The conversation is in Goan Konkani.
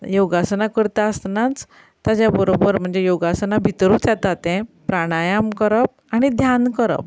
योगासना करता आसतनाच ताचे बरोबर म्हणचे योगासना भितरूच येता तें प्राणायाम करप आनी ध्यान करप